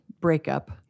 breakup